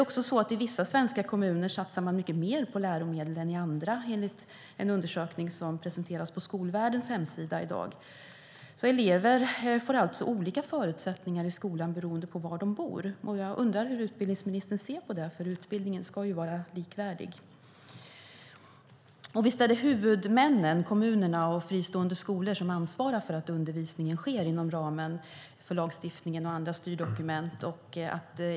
I vissa svenska kommuner satsar man mycket mer på läromedel än i andra, enligt en undersökning som presenteras på Skolvärldens hemsida i dag. Elever får alltså olika förutsättningar i skolan beroende på var de bor. Jag undrar hur utbildningsministern ser på det, för utbildningen ska vara likvärdig. Visst är det huvudmännen, kommunerna och de fristående skolorna, som ansvarar för att undervisningen sker inom ramen för lagstiftningen och andra styrdokument.